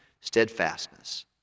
steadfastness